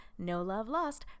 NOLOVELOST